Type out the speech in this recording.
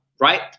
Right